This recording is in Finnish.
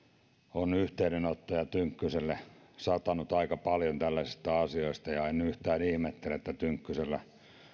on yhteydenottoja satanut aika paljon tällaisista asioista ja en yhtään ihmettele että tynkkysellä